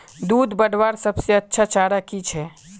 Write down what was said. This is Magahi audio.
दूध बढ़वार सबसे अच्छा चारा की छे?